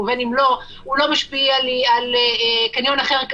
או שהפיזור יהיה אחר,